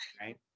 right